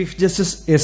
chief justice S